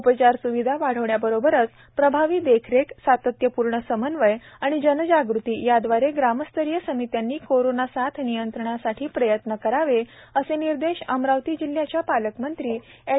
उपचार सुविधा वाढविण्याबरोबरच प्रभावी देखरेख सातत्यपूर्ण समन्वय व जनजाग़ती यादवारे ग्रामस्तरीय समित्यांनी कोरोना साथ नियंत्रणासाठी प्रयत्न करावे असे निर्देश अमरावती जिल्ह्याच्या पालकमंत्री ऍड